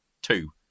Two